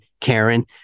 Karen